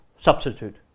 substitute